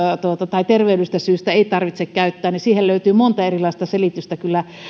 tai terveydellisistä syistä ei tarvitse käyttää niin siihen löytyy monta erilaista selitystä kyllä